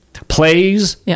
Plays